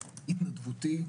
התנדבותי.